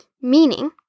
meaning